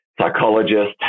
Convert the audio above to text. psychologist